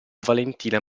valentina